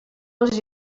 les